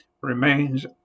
remains